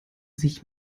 sich